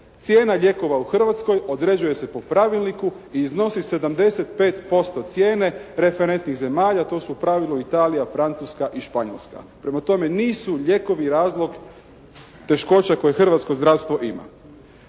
Cijena lijekova u Hrvatskoj određuje se po pravilniku i iznosi 75% cijene referentnih zemalja, a to su u pravilu Italija, Francuska i Španjolska. Prema tome nisu lijekovi razlog teškoća koje hrvatsko zdravstvo ima.